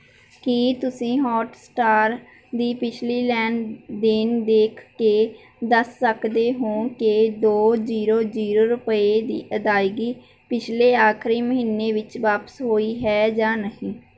ਕੀ ਤੁਸੀਂਂ ਹੌਟਸਟਾਰ ਦੀ ਪਿਛਲੀ ਲੈਣ ਦੇਣ ਦੇਖ ਕੇ ਦੱਸ ਸਕਦੇ ਹੋ ਕਿ ਦੋ ਜ਼ੀਰੋ ਜ਼ੀਰੋ ਰੁਪਏ ਦੀ ਅਦਾਇਗੀ ਪਿਛਲੇ ਆਖਰੀ ਮਹੀਨੇ ਵਿੱਚ ਵਾਪਸ ਹੋਈ ਹੈ ਜਾਂ ਨਹੀਂ